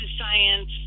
science